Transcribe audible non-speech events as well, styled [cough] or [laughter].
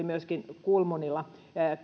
[unintelligible] myöskin kulmunilla